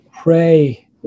pray